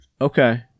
Okay